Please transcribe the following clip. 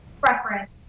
preference